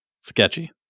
Sketchy